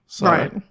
Right